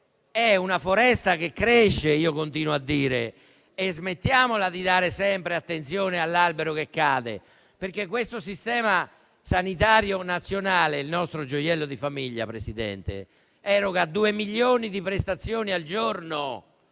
è una foresta che cresce e dobbiamo smetterla di dare sempre attenzione all'albero che cade. Questo Sistema sanitario nazionale, il nostro gioiello di famiglia, signor Presidente, eroga due milioni di prestazioni al giorno